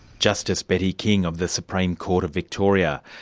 justice betty king of the supreme court of victoria.